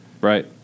Right